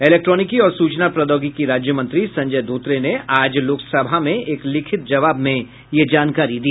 इलेक्ट्रॉनिकी और सूचना प्रौद्योगिकी राज्यमंत्री संजय धोत्रे ने आज लोकसभा में एक लिखित जवाब में यह जानकारी दी